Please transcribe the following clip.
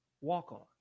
walk-on